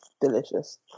delicious